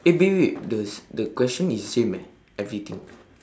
eh wait wait wait the the question is the same eh everything